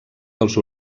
dels